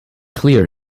clear